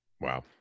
Wow